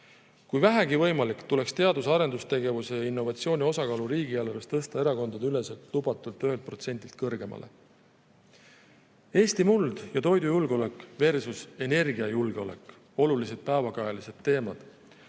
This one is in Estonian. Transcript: Kui vähegi võimalik, tuleks teadus‑ ja arendustegevuse ja innovatsiooni osakaalu riigieelarves tõsta erakondadeüleselt lubatud 1%‑st kõrgemale. Eesti muld ja toidujulgeolekversusenergiajulgeolek on olulised päevakajalised teemad.